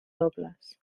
dobles